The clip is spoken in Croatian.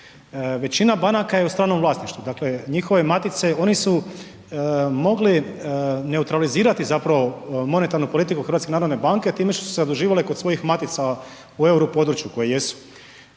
Većina banaka je stranom vlasništvu, dakle oni su mogli neutralizirati zapravo monetarnu politiku NNB-a time što su se zaduživale kod svojih matica u europodručju u kojem jesu.